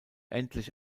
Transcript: endlich